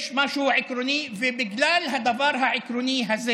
יש משהו עקרוני, ובגלל הדבר העקרוני הזה